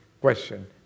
question